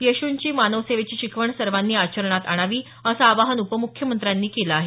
येशूंची मानवसेवेची शिकवण सर्वांनी आचरणात आणावी असं आवाहन उपमुख्यमंत्र्यांनी केलं आहे